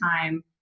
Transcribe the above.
time